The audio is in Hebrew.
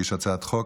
הגיש הצעת חוק